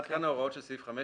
5,